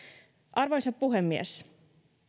arvoisa puhemies